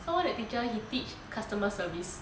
some more that teacher he teach customer service